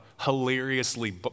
hilariously